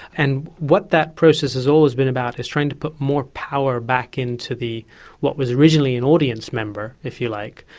and what that process has always been about is trying to put more power back into what was originally an audience member, if you like,